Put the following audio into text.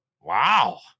Wow